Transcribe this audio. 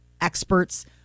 experts